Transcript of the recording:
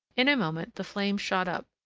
in a moment, the flame shot up,